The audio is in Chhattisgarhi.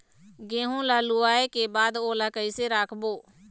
गेहूं ला लुवाऐ के बाद ओला कइसे राखबो?